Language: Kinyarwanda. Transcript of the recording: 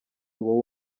wowe